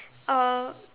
uh